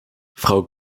frau